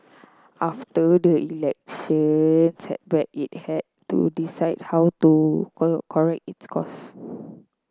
after that election setback it had to decide how to correct its course